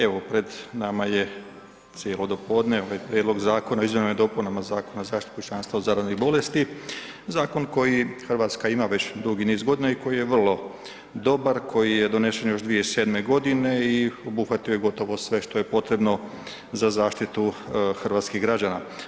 Evo, pred nama je cijelo dopodne, ovaj prijedlog zakona o izmjenama i dopunama Zakona o zaštiti pučanstva od zaraznih bolesti, zakon koji RH ima već dugi niz godina i koji je vrlo dobar, koji je donesen još 2007.g. i obuhvatio je gotovo sve što je potrebno za zaštitu hrvatskih građana.